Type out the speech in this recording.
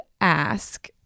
ask